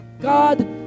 God